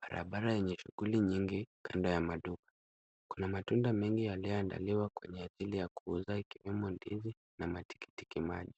Barabara yenye shughuli nyingi kando ya maduka. Kuna matunda mengi yaliyoandaliwa kwa ajili ya kuuza ikiwemo ndizi na matikiti maji.